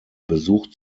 besuch